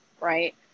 right